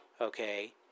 okay